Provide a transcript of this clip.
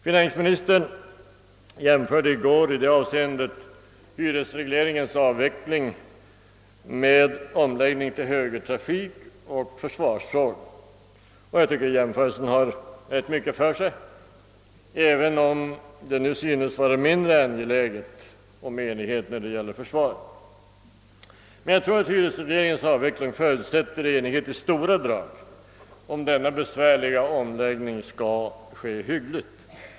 Finansministern jämförde i går i det avseendet hyresregleringens avveckling med omläggningen till högertrafik och försvarsfrågan. Jag tycker jämförelsen har rätt mycket för sig, även om det nu synes mindre angeläget med enighet i försvarsfrågan. Jag tror emellertid att hyresregleringens avveckling förutsätter enighet i stora drag, om denna besvärliga omläggning skall kunna ske hyggligt.